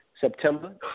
September